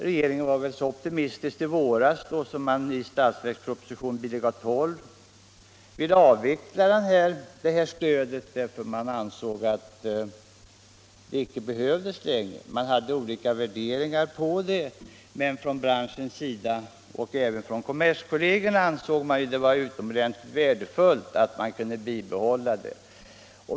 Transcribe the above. Regeringen var optimistisk i våras och ville avveckla stödet, eftersom man ansåg att det inte behövdes längre. Från branschens sida och även från kommerskollegium ansågs det dock utomordentligt värdefullt, och där ville man bibehålla det.